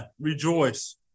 rejoice